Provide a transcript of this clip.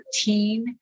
13